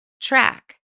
track